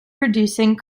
producing